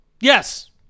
Yes